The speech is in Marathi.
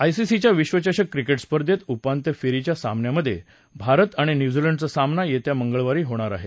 आयसीसी विश्वचषक क्रिकेट स्पर्धेत उपांत्य फेरीच्या सामन्यामधे भारत आणि न्यूझीलंडचा सामना येत्या मंगळवारी होणार आहे